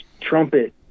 trumpet